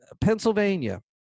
Pennsylvania